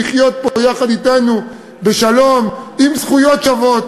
לחיות פה יחד אתנו בשלום עם זכויות שוות,